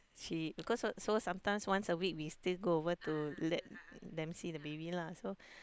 she because so so sometime once a week we still go over to let them see the baby lah so